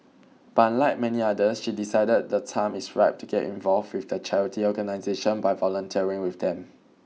but unlike many others she decided the time is ripe to get involved with the charity organisation by volunteering with them